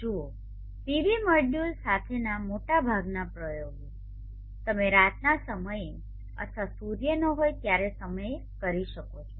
જુઓ PV module સાથેના મોટાભાગના પ્રયોગો તમે રાતના સમયે અથવા સૂર્ય ન હોય ત્યારે સમયે કરી શકો છો